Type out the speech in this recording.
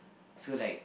so like